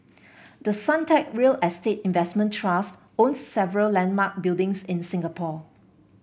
the Suntec real estate investment trust owns several landmark buildings in Singapore